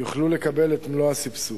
יוכלו לקבל את מלוא הסבסוד.